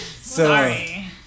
Sorry